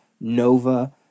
Nova